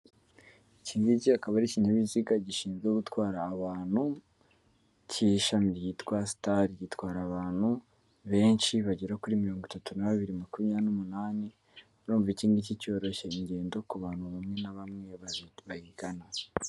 Iki ngiki akaba ari ikinyabiziga gishinzwe gutwara abantu cy'ishami ryitwa sitari, gitwara abantu benshi bagera kuri mirongo itatu na babiri makumyabiri n'umunani. Urumva ikingiki cyoroshya ingendo ku bantu bamwe na bamwe bayigana.